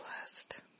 blessed